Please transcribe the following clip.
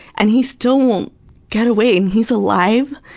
and he still won't get away. and he's alive,